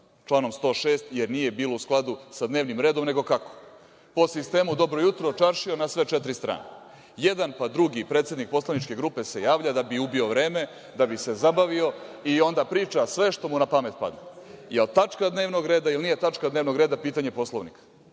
članom 106, jer nije bilo u skladu sa dnevnim redom, nego kako, po sistemu dobro jutro čaršijo na sve četiri strane. Jedan, pa drugi predsednik poslanike grupe se javlja da bi ubio vreme, da bi se zabavio i onda priča sve što mu na pamet padne. Jel tačka dnevnog reda ili nije tačka dnevnog reda pitanje Poslovnika?